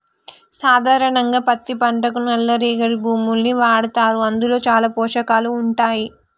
సాధారణంగా పత్తి పంటకి నల్ల రేగడి భూముల్ని వాడతారు అందులో చాలా పోషకాలు ఉంటాయి